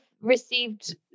received